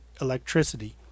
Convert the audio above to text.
electricity